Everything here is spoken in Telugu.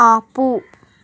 ఆపు